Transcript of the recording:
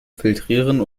filtrieren